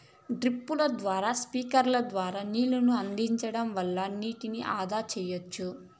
డ్రిప్పుల ద్వారా స్ప్రింక్లర్ల ద్వారా నీళ్ళను అందించడం వల్ల నీటిని ఆదా సెయ్యచ్చు